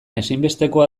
ezinbestekoa